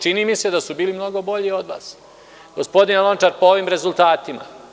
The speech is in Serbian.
Čini mi se da su bili mnogo bolji od vas, gospodine Lončar, po ovim rezultatima.